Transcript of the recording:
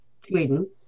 Sweden